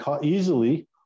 easily